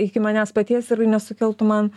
iki manęs paties ir nesukeltų man